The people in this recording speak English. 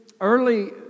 early